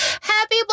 Happy